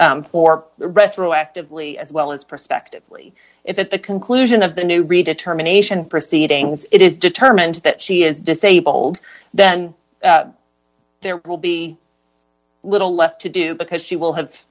or retroactively as well as prospectively if at the conclusion of the new redetermination proceedings it is determined that she is disabled then there will be little left to do because she will have